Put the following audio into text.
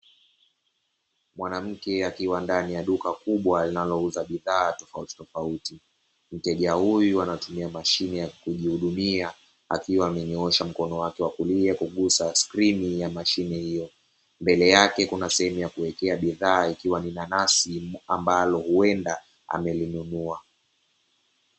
Mwanamke akiwa ndani ya duka kubwa linalouza bidhaa tofautitofauti. Mteja huyu anatumia mashine ya kujihudumia, akiwa amenyoosha mkono wake wa kulia kugusa skrini ya mashine hiyo. Mbele yake kuna sehemu ya kuwekea bidhaa ikiwa ni nanasi, ambalo huenda amelinunua.